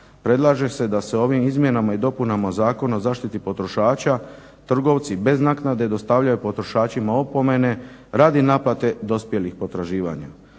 predlaže se da se ovim izmjenama i dopunama Zakona o zaštiti potrošača, trgovci bez naknade dostavljaju potrošačima opomene radi naplate dospjelih potraživanja.